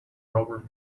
problem